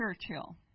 Churchill